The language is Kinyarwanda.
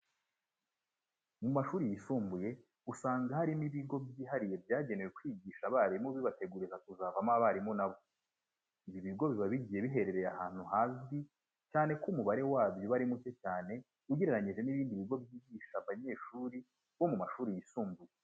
Mu mashuri yisumbuye usanga harimo ibigo byihariye byagenewe kwigisha abarimu bibateguriza kuzavamo abarimu na bo. Ibi bigo biba bigiye biherereye ahantu hazwi cyane ko umubare wabyo ari muke cyane ugereranyije n'ibindi bigo byigisha abanyeshuri bo mu mashuri yisumbuye.